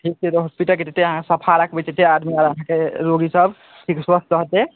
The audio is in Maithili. ठीक छै तऽ हॉस्पिटलके जतेक अहाँ सफा रखबै ततेक आदमी आर अहाँके रोगी सब ठीक स्वस्थ रहतै